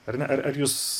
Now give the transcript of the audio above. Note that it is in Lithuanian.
ar ne ar ar jūs